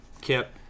kip